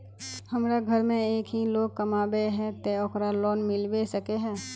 हमरा घर में एक ही लोग कमाबै है ते ओकरा लोन मिलबे सके है?